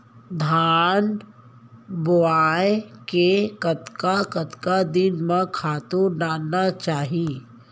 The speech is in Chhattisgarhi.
धान बोए के कतका कतका दिन म खातू डालना चाही?